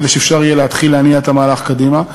כדי שיהיה אפשר להתחיל להניע את המהלך קדימה.